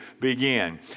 begin